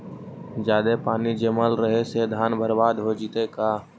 जादे पानी जमल रहे से धान बर्बाद हो जितै का?